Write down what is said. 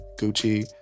Gucci